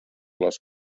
les